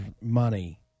money